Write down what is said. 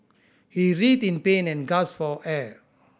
he writhed in pain and gasped for air